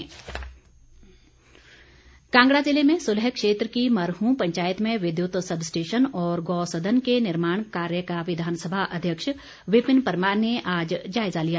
परमार कांगड़ा जिले में सुलह क्षेत्र की मरहूं पंचायत में विद्युत सब स्टेशन और गौ सदन के निर्माण कार्य का विधानसभा अध्यक्ष विपिन परमार ने आज जायजा लिया